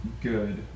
good